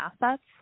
assets